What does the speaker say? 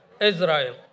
Israel